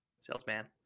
salesman